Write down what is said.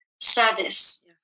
service